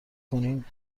کنیم